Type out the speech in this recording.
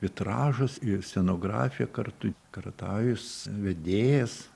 vitražas ir scenografija kartu karatajus vedėjas